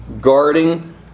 Guarding